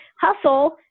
hustle